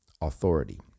authority